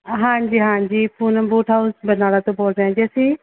ਹਾਂਜੀ ਹਾਂਜੀ Poonam boot house Barnala ਤੋਂ ਬੋਲ ਰਹੇ ਜੀ ਅਸੀਂ